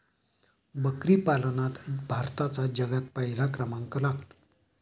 बकरी पालनात भारताचा जगात पहिला क्रमांक लागतो